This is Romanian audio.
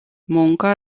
munca